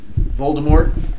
Voldemort